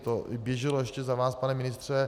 To běželo ještě za vás, pane ministře.